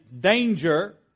danger